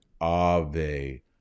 Ave